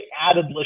added